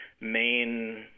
main